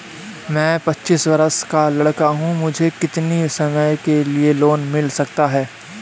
मैं पच्चीस वर्ष का लड़का हूँ मुझे कितनी समय के लिए लोन मिल सकता है?